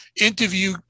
interview